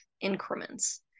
increments